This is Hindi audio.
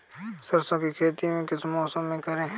सरसों की खेती किस मौसम में करें?